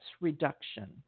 reduction